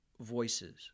voices